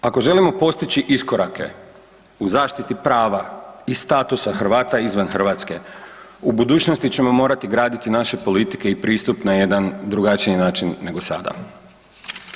Ako želimo postići iskorake u zaštiti prava i statusa Hrvata izvan Hrvatske, u budućnosti ćemo morati graditi naše politike i pristup na jedan drugačiji nego sada.